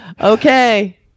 Okay